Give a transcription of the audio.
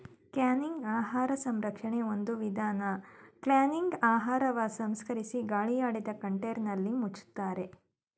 canning ಆಹಾರ ಸಂರಕ್ಷಣೆ ಒಂದು ವಿಧಾನ ಕ್ಯಾನಿಂಗ್ಲಿ ಆಹಾರವ ಸಂಸ್ಕರಿಸಿ ಗಾಳಿಯಾಡದ ಕಂಟೇನರ್ನಲ್ಲಿ ಮುಚ್ತಾರೆ